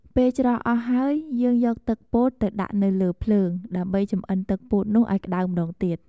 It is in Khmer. ពេលច្រោះអស់ហើយយើងយកទឹកពោតទៅដាក់នៅលើភ្លើង ដើម្បីចម្អិនទឹកពោតនោះឱ្យក្ដៅម្ដងទៀត។